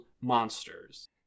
monsters